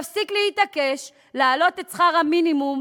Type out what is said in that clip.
תפסיק להתעקש על העלאת שכר המינימום